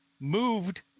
moved